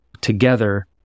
together